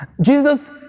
Jesus